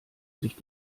sich